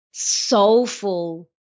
soulful